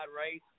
race